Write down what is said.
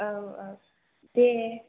औ औ दे